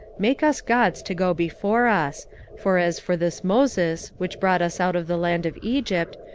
make us gods to go before us for as for this moses, which brought us out of the land of egypt,